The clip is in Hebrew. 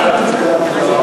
בושה